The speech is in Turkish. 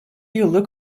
yıllık